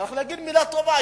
צריך להגיד מלה טובה.